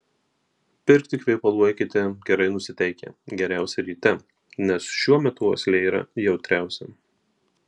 pirkti kvepalų eikite gerai nusiteikę geriausia ryte nes šiuo metu uoslė yra jautriausia